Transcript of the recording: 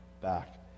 back